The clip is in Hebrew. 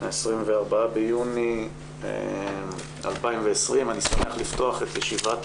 24 ביוני 2020. אני שמח לפתוח את ישיבת